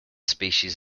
species